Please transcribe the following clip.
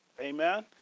amen